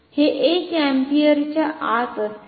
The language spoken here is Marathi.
हे 1 एम्पीयर च्या आत असेल